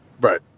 Right